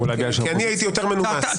כי אני הייתי מאוד מנומס...